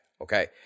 okay